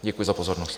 Děkuji za pozornost.